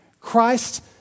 Christ